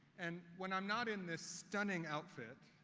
and when i'm not in this stunning outfit